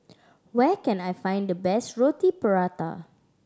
where can I find the best Roti Prata